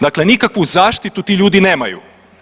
Dakle, nikakvu zaštitu ti ljudi nemaju.